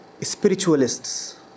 spiritualists